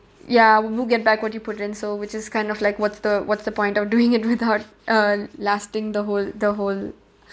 ya you will get back what you put in so which is kind of like what's the what's the point of doing it without uh lasting the whole the whole